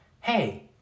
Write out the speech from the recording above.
Hey